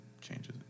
changes